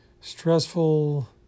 stressful